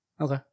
Okay